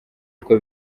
uko